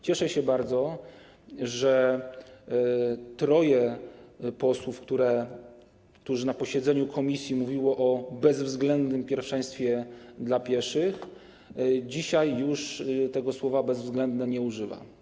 Cieszę się bardzo, że troje posłów, którzy na posiedzeniu komisji mówiło o bezwzględnym pierwszeństwie dla pieszych, dzisiaj już tego słowa „bezwzględne” nie używa.